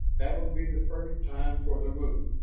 that would be the first time for their move.